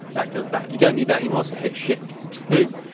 that does that. you don't need that anymore so hit shift two.